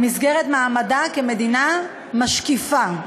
במסגרת מעמדה כמדינה משקיפה.